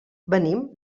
venim